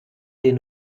den